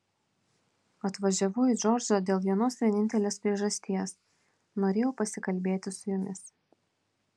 atvažiavau į džordžą dėl vienos vienintelės priežasties norėjau pasikalbėti su jumis